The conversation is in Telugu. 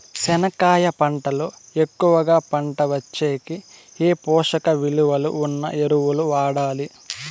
చెనక్కాయ పంట లో ఎక్కువగా పంట వచ్చేకి ఏ పోషక విలువలు ఉన్న ఎరువులు వాడాలి?